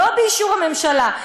לא באישור הממשלה,